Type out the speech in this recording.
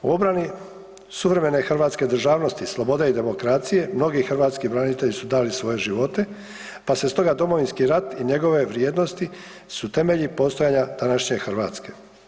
U obrani suvremene hrvatske državnosti, slobode i demokracije, mnogi hrvatski branitelji su dali svoje živote pa se stoga Domovinski rat i njegove vrijednosti su temelji postojanja današnje Hrvatske.